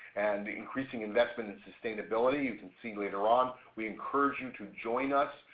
and the increasing investment in sustainability. you can see later on. we encourage you to join us,